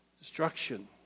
destruction